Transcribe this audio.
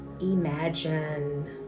Imagine